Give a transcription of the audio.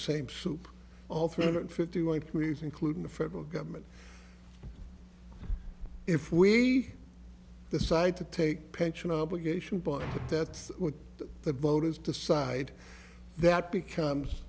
same soup all three hundred fifty one three s including the federal government if we decide to take pension obligation but that's what the voters decide that becomes